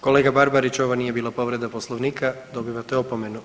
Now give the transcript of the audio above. Kolega Barbarić ovo nije bila povreda Poslovnika dobivate opomenu.